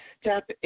step